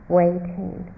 waiting